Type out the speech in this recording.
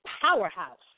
powerhouse